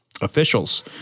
officials